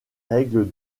règles